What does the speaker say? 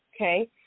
okay